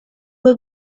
uma